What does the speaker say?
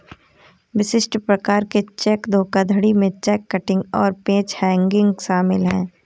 विशिष्ट प्रकार के चेक धोखाधड़ी में चेक किटिंग और पेज हैंगिंग शामिल हैं